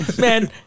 Man